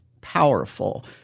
powerful